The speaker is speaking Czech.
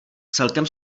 celkem